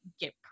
get